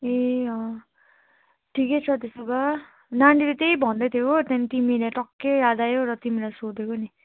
ए ठिकै छ त्यसो भए नानीले त्यही भन्दैथ्यो हो त्यहाँदेखि तिमीलाई टक्कै याद आयो अन्त तिमीलाई सोधेको नि